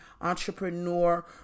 entrepreneur